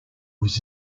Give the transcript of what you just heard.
was